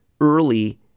early